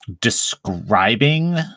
describing